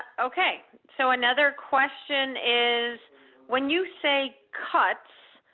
okay, so another question is when you say cuts,